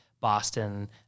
boston